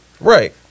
Right